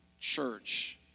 church